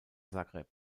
zagreb